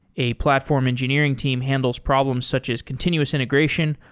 a platform engineering team handles problems such as continuous integration,